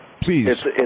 Please